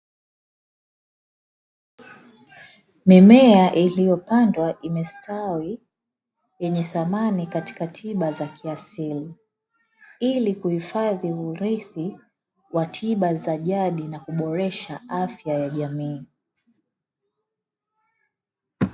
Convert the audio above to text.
Mimea iliyopandwa imestawi yenye thamani katika tiba za kiasili ili kuhifadhi urithi wa tiba za jadi na kuboresha afya ya jamii.